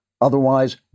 Otherwise